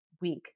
week